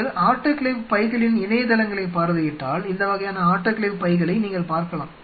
நீங்கள் ஆட்டோகிளேவ் பைகளின் இணையதளங்களைப் பார்வையிட்டால் இந்த வகையான ஆட்டோகிளேவ் பைகளை நீங்கள் பார்க்கலாம்